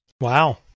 Wow